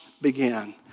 began